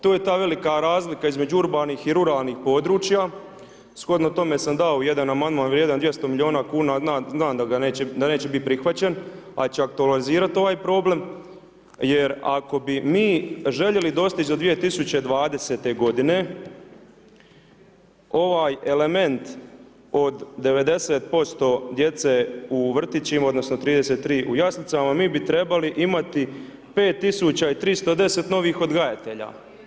To je ta velika razlika između urbanih i ruralnih područja, shodno tome sam dao jedan amandman vrijedan 200 milijuna kuna, znam da neće biti prihvaćen, ali će aktualizirati ovaj problem, jer ako bi mi željeli dostići do 2020.-te godine ovaj element od 90% djece u vrtićima odnosno 33 u jaslicama, mi bi trebali imati 5310 novih odgajatelja.